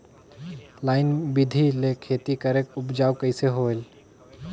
Line बिधी ले खेती करेले उपजाऊ कइसे होयल?